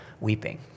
weeping